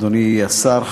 אדוני השר,